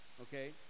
okay